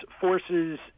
forces